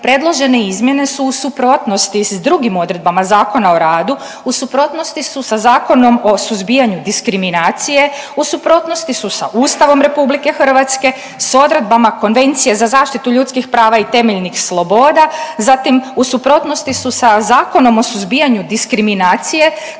predložene izmjene su u suprotnosti sa drugim odredbama Zakona o radu, u suprotnosti su sa Zakonom o suzbijanju diskriminacije, u suprotnosti su sa Ustavom Republike Hrvatske, sa odredbama Konvencije za zaštitu ljudskih prava i temeljnih sloboda, zatim u suprotnosti su sa Zakonom o suzbijanju diskriminacije